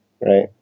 right